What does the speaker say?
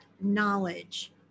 knowledge